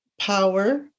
power